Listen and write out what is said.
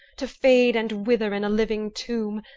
to fade and wither in a living tomb,